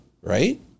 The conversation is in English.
right